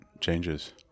changes